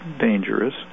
dangerous